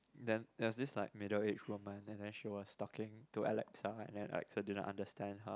then there was this like middle aged woman and she was talking to Alex and then I also didn't understand her